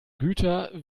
güter